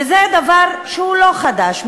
וזה דבר שהוא לא חדש.